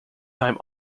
time